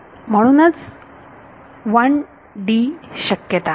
म्हणून 1D शक्यता